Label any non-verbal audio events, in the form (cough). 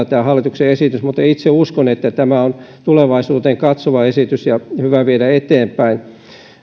(unintelligible) tämä hallituksen esitys johtaa mutta itse uskon että tämä on tulevaisuuteen katsova esitys ja hyvä viedä eteenpäin